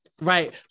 Right